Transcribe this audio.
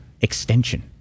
extension